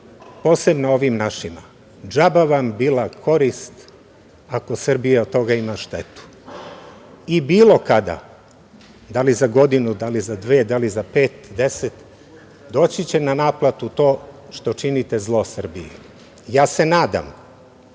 posebno ovim našima – džaba vam bila korist ako Srbija od toga ima štetu i bilo kada, da li za godinu, da li za dve, da li za pet, deset, doći će na naplatu to što činite zlo Srbiji. Ja se nadam